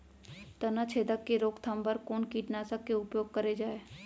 तनाछेदक के रोकथाम बर कोन कीटनाशक के उपयोग करे जाये?